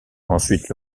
ensuite